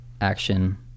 action